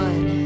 One